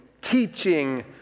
teaching